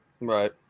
Right